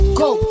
go